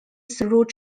through